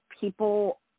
people